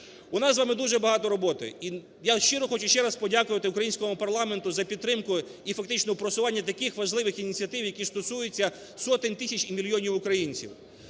У нас з вами дуже багато роботи. І я щиро хочу ще раз подякувати українському парламенту за підтримку і фактично в просуванні таких важливих ініціатив, які стосуються сотень тисяч і мільйонів українців.